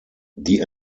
die